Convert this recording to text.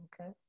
Okay